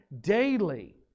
daily